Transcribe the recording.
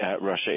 Russia